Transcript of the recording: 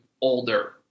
older